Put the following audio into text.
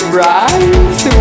rise